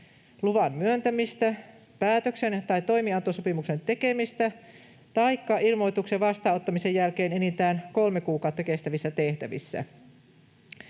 luvan myöntämistä tai päätöksen tai toimiantosopimuksen tekemistä taikka ilmoituksen vastaanottamisen jälkeen enintään kolme kuukautta kestävissä tehtävissä.